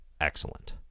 excellent